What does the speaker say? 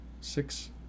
six